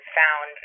found